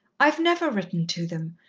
i've never written to them,